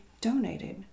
donated